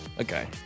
Okay